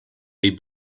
they